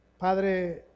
Padre